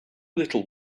little